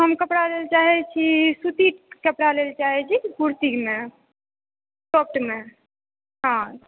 हम कपड़ा लय लेल चाहैत छी सूती कपड़ा लय लेल चाहैत छी कुर्तीमे सॉफ्टमे हँ